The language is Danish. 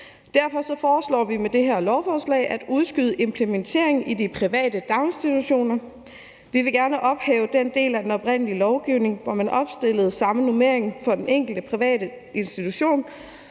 Derfor foreslår vi med det her lovforslag at udskyde implementeringen i de private daginstitutioner. Vi vil gerne ophæve den del af den oprindelige lovgivning, hvor man opstillede samme normering for den enkelte private institution